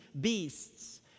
beasts